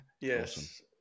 yes